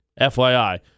FYI